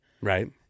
Right